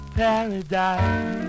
paradise